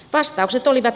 vastaukset olivat